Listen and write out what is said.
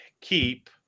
keep